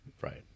Right